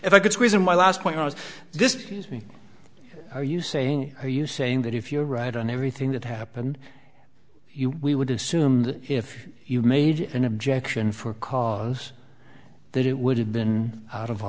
if i could squeeze in my last point i was this are you saying are you saying that if you're right and everything that happened you we would assume that if you made an objection for cause that it would have been out of